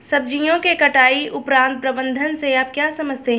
सब्जियों के कटाई उपरांत प्रबंधन से आप क्या समझते हैं?